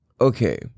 okay